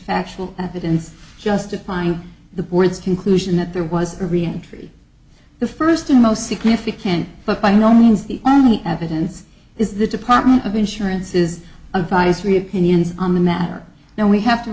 factual evidence justifying the board's conclusion that there was a reentry the first and most significant but by no means the only evidence is the department of insurance is advisory opinions on the matter now we have to